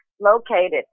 located